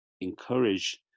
encourage